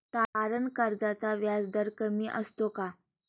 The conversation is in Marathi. तारण कर्जाचा व्याजदर कमी असतो का?